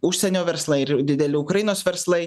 užsienio verslai ir dideli ukrainos verslai